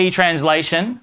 translation